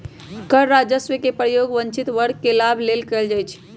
कर राजस्व के प्रयोग वंचित वर्ग के लाभ लेल कएल जाइ छइ